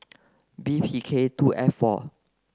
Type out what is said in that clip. B P K two F four